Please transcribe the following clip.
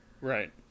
Right